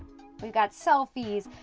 we've got selfies,